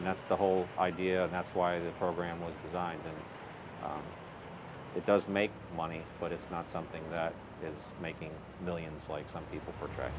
and that's the whole idea and that's why this program was designed it does make money but it's not something that is making millions like some people were tr